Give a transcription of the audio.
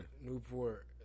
Newport